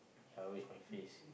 yeah always my face